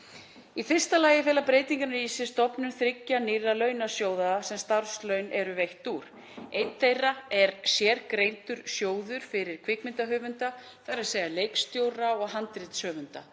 Í fyrsta lagi fela breytingarnar í sér stofnun þriggja nýrra launasjóða sem starfslaun eru veitt úr. Einn þeirra er sérgreindur sjóður fyrir kvikmyndahöfunda, þ.e. leikstjóra og handritshöfunda.